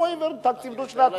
הוא העביר תקציב דו-שנתי,